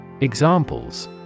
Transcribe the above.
Examples